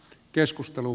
keskustelu